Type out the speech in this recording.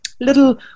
little